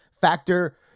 Factor